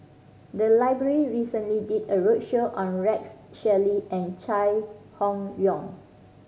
the library recently did a roadshow on Rex Shelley and Chai Hon Yoong